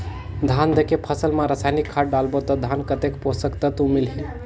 धान देंके फसल मा रसायनिक खाद डालबो ता धान कतेक पोषक तत्व मिलही?